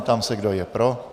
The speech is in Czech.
Ptám se, kdo je pro.